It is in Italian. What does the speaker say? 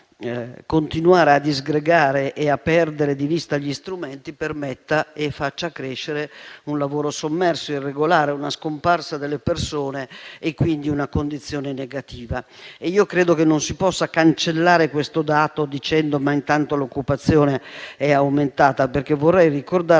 continuare a disgregare e a perdere di vista gli strumenti permette la crescita di un lavoro sommerso e irregolare, la scomparsa delle persone e quindi una condizione negativa. Credo che non si possa cancellare questo dato dicendo che l'occupazione intanto è aumentata, perché vorrei ricordarle,